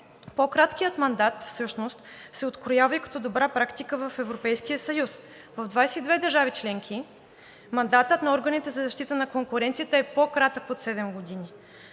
по-краткият мандат всъщност се откроява и като добра практика в Европейския съюз. В 22 държави членки мандатът на органите за защита на конкуренцията е по-кратък от седем години,